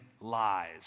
lies